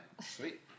sweet